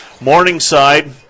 Morningside